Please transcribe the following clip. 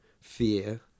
Fear